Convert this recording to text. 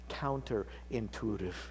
counterintuitive